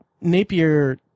Napier